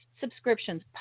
subscriptions